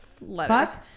letters